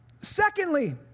Secondly